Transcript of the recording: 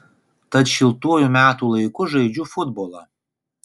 tad šiltuoju metų laiku žaidžiu futbolą